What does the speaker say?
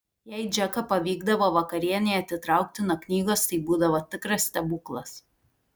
jei džeką pavykdavo vakarienei atitraukti nuo knygos tai būdavo tikras stebuklas